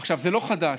זה לא חדש,